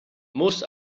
most